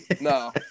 No